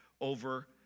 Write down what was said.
over